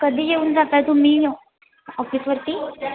कधी येऊन जात आहे तुम्ही ऑफिसवरती